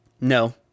No